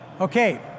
Okay